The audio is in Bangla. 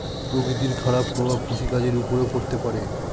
প্রকৃতির খারাপ প্রভাব কৃষিকাজের উপরেও পড়তে পারে